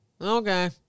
Okay